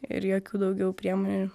ir jokių daugiau priemonių